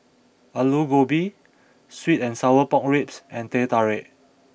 Aloo Gobi Sweet and Sour Pork Ribs and Teh Tarik